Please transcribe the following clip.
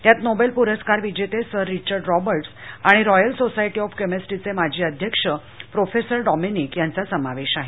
त्यात नोबेल पुरस्कार विजेते सर रिचर्ड रॉबर्ट्स आणि रॉयल सोसायटी ऑफ केमिस्ट्रीचे माजी अध्यक्ष प्रोफेसर डॉमिनिक टायलडेस्ले यांचा समावेश आहे